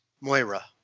Moira